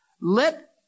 Let